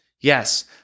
Yes